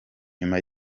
nyuma